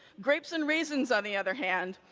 grapes and raisins, on the other hand,